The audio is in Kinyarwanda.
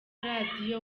radio